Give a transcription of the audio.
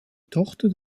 tochter